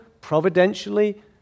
providentially